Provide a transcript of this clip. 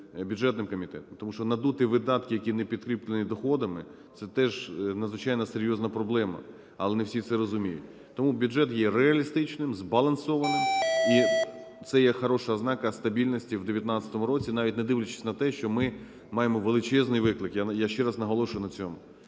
бюджетним комітетом. Тому що "надуті" видатки, які не підкріплені доходами, це теж надзвичайно серйозна проблема, але не всі це розуміють. Тому бюджет є реалістичним, збалансованим, і це є гарна ознака стабільності в 2019 році, навіть не дивлячись на те, що ми маємо величезний виклик, я ще раз наголошую на цьому